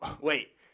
wait